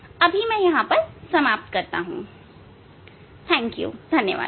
अभी मैं यहां समाप्त करता हूं धन्यवाद